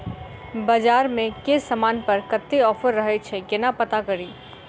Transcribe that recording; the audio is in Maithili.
बजार मे केँ समान पर कत्ते ऑफर रहय छै केना पत्ता कड़ी?